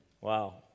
Wow